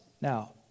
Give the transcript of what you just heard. Now